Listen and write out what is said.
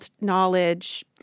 knowledge